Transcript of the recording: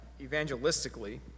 evangelistically